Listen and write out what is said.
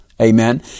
Amen